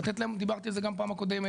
לתת להם ודיברתי על זה גם בפעם הקודמת